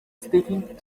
sticking